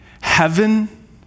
Heaven